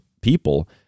people